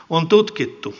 on tutkittu